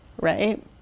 right